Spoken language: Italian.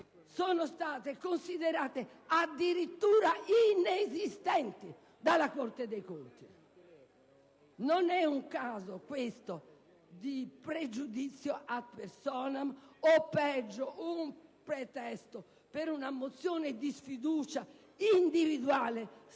sono state considerate addirittura inesistenti dalla Corte dei conti. Non è un caso, questo, di pregiudizio *ad personam* o, peggio, un pretesto per una mozione di sfiducia individuale,